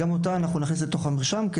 גם אותה אנחנו נכניס לתוך המרשם,